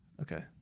Okay